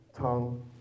tongue